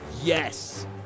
Yes